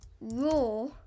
raw